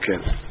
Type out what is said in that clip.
okay